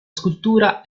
scultura